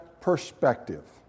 perspective